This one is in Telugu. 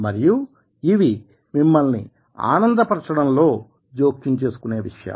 మరియు ఇవి మిమ్మల్ని ఆనంద పరచడం లో జోక్యం చేసుకునే విషయాలు